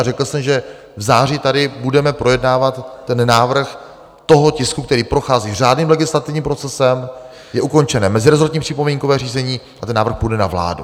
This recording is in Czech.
A řekl jsem, že v září tady budeme projednávat ten návrh toho tisku, který prochází řádným legislativním procesem, je ukončené meziresortní připomínkové řízení a ten návrh půjde na vládu.